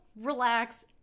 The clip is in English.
relax